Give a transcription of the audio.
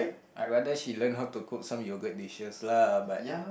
I rather she learn how to cook some yogurt dishes lah but